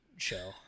Show